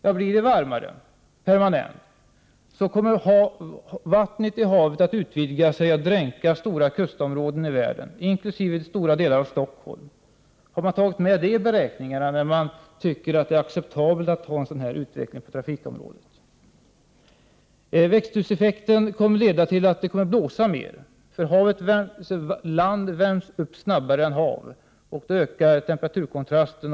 Om det permanent blir varmare, utvidgar sig vattnet i havet och dränker stora kustområden i världen, inkl. stora delar av Stockholm. Är detta medtaget i beräkningarna, eftersom man anser det vara acceptabelt med en sådan här utveckling på trafikområdet? Växthuseffekten leder till att det kommer att blåsa mer, eftersom land värms upp snabbare än hav, vilket ökar temperaturkontrasten.